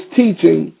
teaching